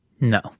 No